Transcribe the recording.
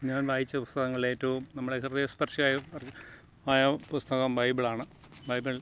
ഞാൻ വായിച്ച പുസ്തകങ്ങളിൽ ഏറ്റവും നമ്മളെ ഹൃദയസ്പർശിയായ ആയ പുസ്തകം ബൈബിളാണ് ബൈബിൾ